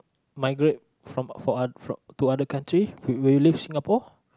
migrate from for to other country will will you leave Singapore